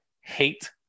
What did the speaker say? hate